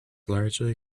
largely